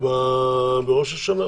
בראש השנה.